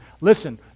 Listen